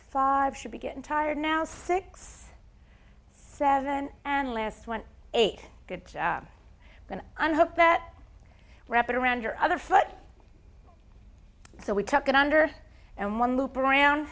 five should be getting tired now six seven and last one eight good going to unhook that wrap it around your other foot so we took it under and one loop around